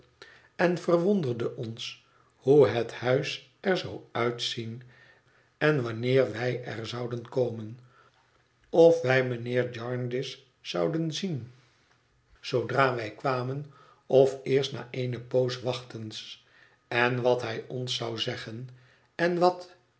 en verwonderden ons hoe het huis er zou uitzien en wanneer wij er zouden komen en of wij mijnheer jarndyce zouden zien zoodra wij kwamen of eerst na eene poos wachtens en wat hij ons zou zeggen en wat